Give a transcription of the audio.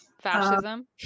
Fascism